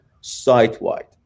site-wide